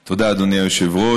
תודה, אדוני היושב-ראש.